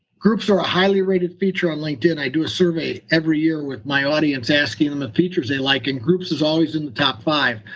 groups are a highly rated feature on like linkedin. and i do a survey every year with my audience asking them the features they like, and groups is always in the top five.